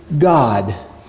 God